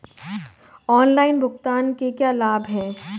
Online भुगतान के क्या लाभ हैं?